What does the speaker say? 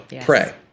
pray